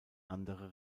andere